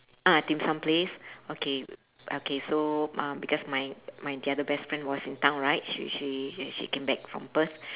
ah dim sum place okay okay so uh because my my the other best friend was in town right she she she came back from perth